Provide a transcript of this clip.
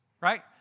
Right